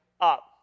up